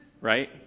right